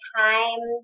time